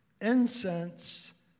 Incense